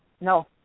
No